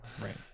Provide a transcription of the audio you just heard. right